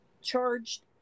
charged